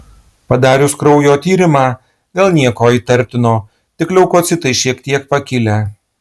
padarius kraujo tyrimą vėl nieko įtartino tik leukocitai šiek tiek pakilę